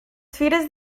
fires